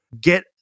Get